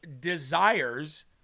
desires